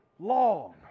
long